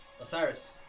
Osiris